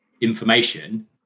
information